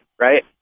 Right